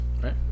Right